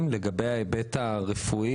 אם אפשר עוד כמה דקות,